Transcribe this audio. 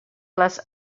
les